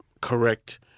correct